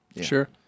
Sure